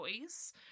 choice